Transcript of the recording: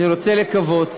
אני רוצה לקוות,